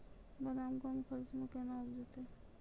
बादाम कम खर्च मे कैना उपजते?